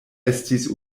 estis